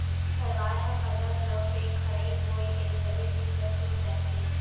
परवार ह परदा घलौ के खड़इ होय ले सबे दिन बर टूट जाथे